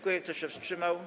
Kto się wstrzymał?